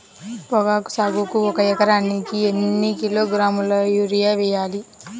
పొగాకు సాగుకు ఒక ఎకరానికి ఎన్ని కిలోగ్రాముల యూరియా వేయాలి?